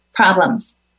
problems